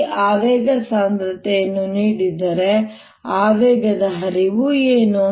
ಈ ಆವೇಗ ಸಾಂದ್ರತೆಯನ್ನು ನೀಡಿದರೆ ಆವೇಗ ಹರಿವು ಏನು